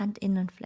Handinnenfläche